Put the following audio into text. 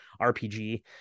RPG